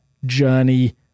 journey